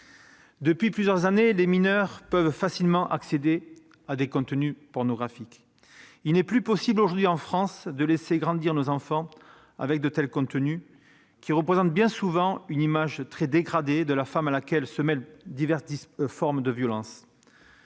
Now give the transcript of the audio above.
Depuis plusieurs années, les mineurs peuvent facilement accéder à des contenus pornographiques. Il n'est plus possible de laisser grandir nos enfants, aujourd'hui, en France, avec de tels contenus, qui présentent bien souvent une image dégradée de la femme à laquelle se mêlent diverses formes de violence.